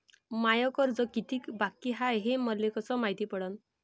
माय कर्ज कितीक बाकी हाय, हे मले कस मायती पडन?